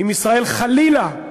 אם ישראל, חלילה,